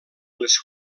les